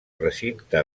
recinte